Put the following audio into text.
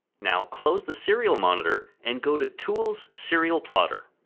now close the serial monitor, and go to tools, serial plotter.